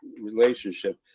relationship